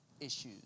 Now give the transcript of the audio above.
issues